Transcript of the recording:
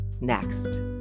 next